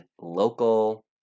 local